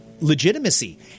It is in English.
Legitimacy